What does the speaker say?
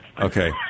Okay